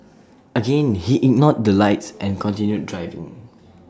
again he ignored the lights and continued driving